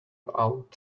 out